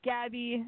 Gabby